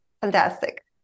fantastic